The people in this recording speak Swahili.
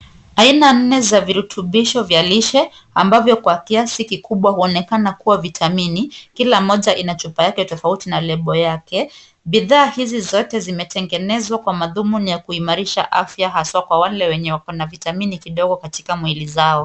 Aina nne za virutubisho vya lishe ambavyo kwa kiasi kikubwa inaonekana kuwa vitamini. Kila moja ina chupa tofauti na lebo yake. Bidhaa hizi zote zimetengenezwa kwa madhumuni ya kuimarisha afya haswa kwa wale wenye wako na Vitamini kidogo kwa mwili zao.